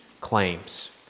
claims